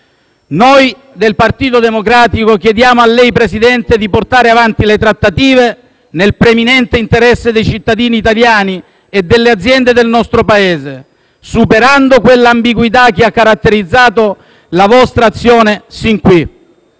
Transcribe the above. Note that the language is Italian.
Noi del Partito Democratico chiediamo a lei, presidente Conte, di portare avanti le trattative nel preminente interesse dei cittadini italiani e delle aziende del nostro Paese, superando quell'ambiguità che ha caratterizzato la vostra azione sin qui.